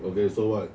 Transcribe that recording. okay so what